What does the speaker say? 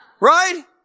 Right